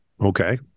Okay